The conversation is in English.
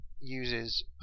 uses